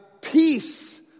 peace